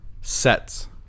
sets